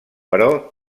però